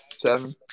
Seven